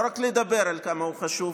לא רק לדבר על כמה הוא חשוב,